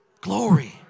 glory